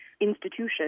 institution